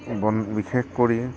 বন বিশেষ কৰি